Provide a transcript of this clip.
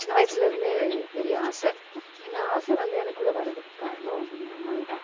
சின்ன வயசுலேருந்தே பெரிய ஆசை இந்த ஆசை வந்து எனக்குள்ளே வரதுக்கு காரணம் எங்கள் அம்மாயி தான்